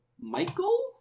Michael